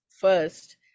first